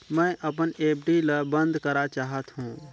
मैं अपन एफ.डी ल बंद करा चाहत हों